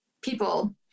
people